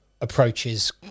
approaches